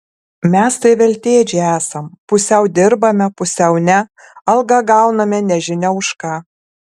mes tai veltėdžiai esam pusiau dirbame pusiau ne algą gauname nežinia už ką